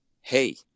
hey